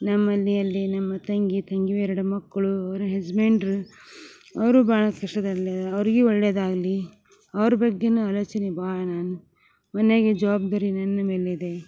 ನಮ್ಮಲ್ಲಿ ಅಲ್ಲಿ ನಮ್ಮ ತಂಗಿ ತಂಗಿ ಎರಡು ಮಕ್ಕಳು ಅವ್ರ ಹೆಸ್ಬೆಂಡ್ರ ಅವರು ಭಾಳ ಕಷ್ಟದಲ್ಲಿದ್ದಾರೆ ಅವ್ರಿಗೆ ಒಳ್ಳೆಯದಾಗಲಿ ಅವ್ರ ಬಗ್ಗೆನು ಆಲೋಚನೆ ಭಾಳ ಮನೆಗೆ ಜವಬ್ದಾರಿ ನನ್ನ ಮೇಲಿದೆ